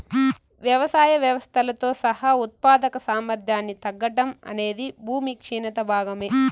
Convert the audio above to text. వ్యవసాయ వ్యవస్థలతో సహా ఉత్పాదక సామర్థ్యాన్ని తగ్గడం అనేది భూమి క్షీణత భాగమే